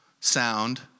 sound